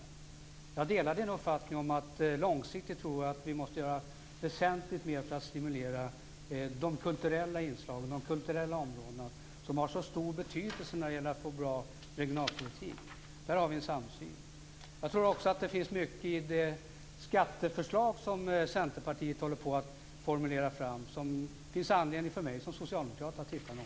Jag delar Eskil Erlandssons uppfattning om att vi långsiktigt måste göra väsentligt mer för att stimulera de kulturella inslagen och de kulturella områdena som har så stor betydelse när det gäller att få en bra regionalpolitik. Där har vi en samsyn. Jag tror också att det finns mycket i det skatteförslag som Centerpartiet håller på att formulera som det finns anledning för mig som socialdemokrat att titta lite på.